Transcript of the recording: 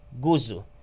guzu